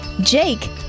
Jake